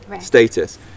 status